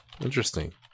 interesting